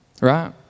Right